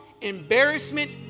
embarrassment